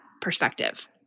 perspective